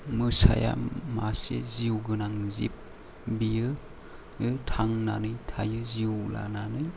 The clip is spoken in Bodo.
मोसाया मासे जिउ गोनां जिब बियो थांनानै थायो जिउ लानानै